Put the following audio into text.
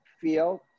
feel